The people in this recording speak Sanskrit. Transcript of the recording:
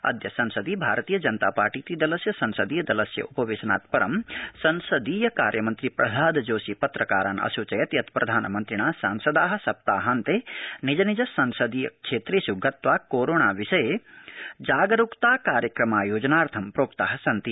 अद्य संसदि भारतीय जनता पार्टीति दलस्य संसदीय दलस्य उपवेशनात् परम् संसदीय कार्यमन्त्री प्रह्लादजोशी पत्रकारान् अस्चयत् यत् प्रधानमन्त्रिणा सांसदाः सप्ताहान्ते निज निज संसदीय क्षेत्रेष् गत्वा कोरोना विषये जागरुकता कार्यक्रमायोजनार्थ प्रोक्ता सन्ति